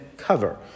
cover